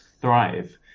thrive